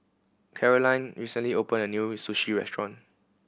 Karolyn recently opened a new Sushi Restaurant